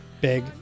big